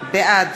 בעד